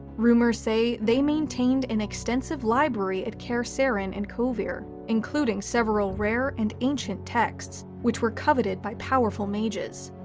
rumors say they maintained an extensive library at kaer seren in kovir, including several rare and ancient texts, which were coveted by powerful mages.